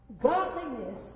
Godliness